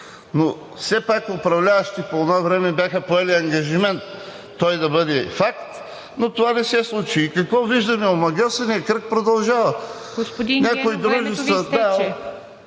но все пак управляващите по онова време бяха поели ангажимент той да бъде факт, но това не се случи. И какво виждаме? Омагьосаният кръг продължава. ПРЕДСЕДАТЕЛ